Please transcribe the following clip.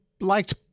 liked